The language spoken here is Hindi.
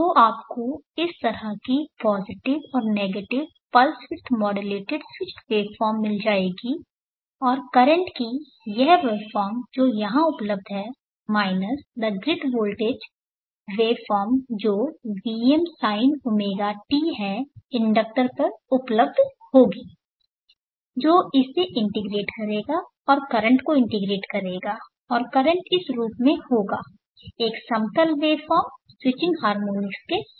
तो आपको इस तरह की पॉजिटिव और negative pulse width modulated switched waveform मिल जाएगी और करंट की यह वेवफॉर्म जो यहां उपलब्ध है minus the grid voltage waveform जो Vmsinωt है इंडक्टर पर उपलब्ध होगा जो इसे इंटीग्रेट करेगा और करंट को इंटीग्रेट करेगा और करंट इस रूप में होगा एक समतल वेवफॉर्म स्विचिंग हार्मोनिक्स के साथ